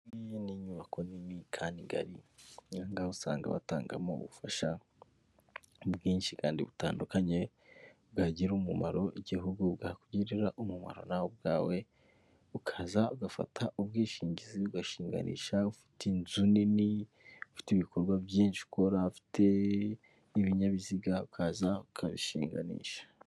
Ni inyubako nini, kandi ngari usanga batangamo ubufasha ubwinshi kandi butandukanye, bwagira umumaro igihugu, bwakugirira umumaro nawe ubwawe. Ukaza ugafata ubwishingizi, ugashinganisha ufite inzu nini, ufite ibikorwa byinshi ukora, ufite ibinyabiziga, ukaza ukabishinganisha.